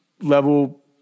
level